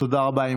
תודה רבה.